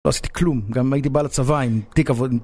לא עשיתי כלום, גם הייתי בא לצבא עם תיק עבודות